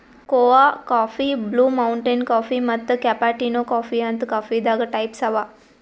ಕೋಆ coffee, blue mountain coffee ಮತ್ತ್ cappuccino coffee ಅಂತ್ ಕಾಫೀದಾಗ್ ಟೈಪ್ಸ್ ಅವಾ